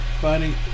funny